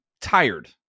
tired